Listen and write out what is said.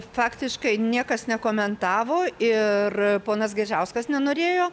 faktiškai niekas nekomentavo ir ponas gaižauskas nenorėjo